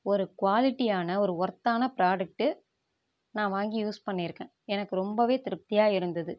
ஒரு குவாலிட்டியான ஒரு ஒர்த்தான ப்ராடக்ட்டு நான் வாங்கி யூஸ் பண்ணியிருக்கேன் எனக்கு ரொம்பவே திருப்தியாக இருந்தது